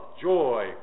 joy